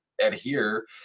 adhere